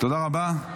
תודה רבה.